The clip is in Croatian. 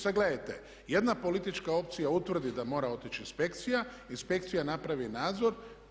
Sada gledajte, jedna politička opcija utvrdi da mora otići inspekcija, inspekcija napravi nadzor.